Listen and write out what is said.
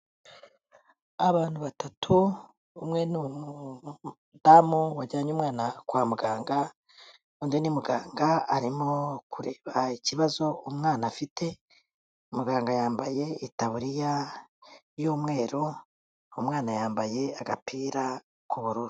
Abantu batatu, umwe ni umudamu wajyanye umwana kwa muganga, undi ni muganga arimo kureba ikibazo umwana afite, muganga yambaye itaburiya y'umweru, umwana yambaye agapira k'ubururu.